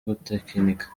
gutekinika